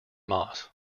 moss